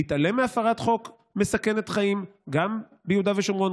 להתעלם מהפרת חוק מסכנת חיים גם ביהודה ושומרון,